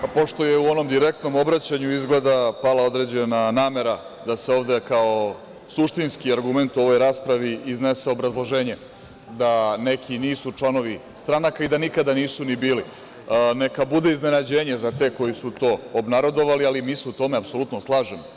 Pošto je u onom direktnom obraćanju izgleda pala određena namera da se ovde kao suštinski argument u ovoj raspravi iznese obrazloženje da neki nisu članovi stranaka i da nikada nisu ni bili, neka bude iznenađenje za te koji su to obnarodovali, ali mi se u tome apsolutno slažemo.